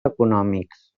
econòmics